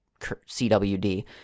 cwd